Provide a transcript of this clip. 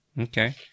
Okay